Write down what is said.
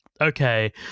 okay